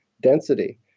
density